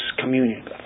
communion